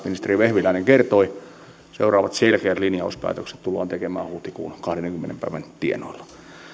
ministeri vehviläinen kertoi seuraavat selkeät linjauspäätökset tullaan tekemään huhtikuun kahdennenkymmenennen päivän tienoilla